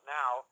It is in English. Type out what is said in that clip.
now